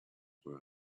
were